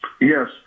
Yes